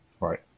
Right